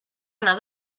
anar